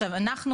אוקיי.